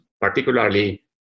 particularly